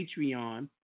Patreon